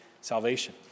salvation